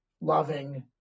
loving